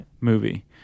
movie